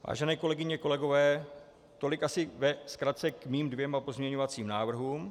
Vážené kolegyně a kolegové, tolik asi ve zkratce k mým dvěma pozměňovacím návrhům.